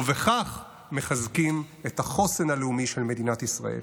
ובכך מחזקים את החוסן הלאומי של מדינת ישראל.